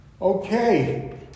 Okay